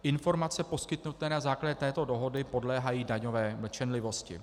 Informace poskytnuté na základě této dohody podléhají daňové mlčenlivosti.